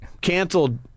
canceled